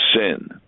sin